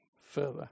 further